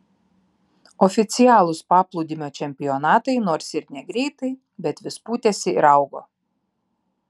oficialūs paplūdimio čempionatai nors ir negreitai bet vis pūtėsi ir augo